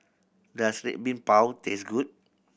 does Red Bean Bao taste good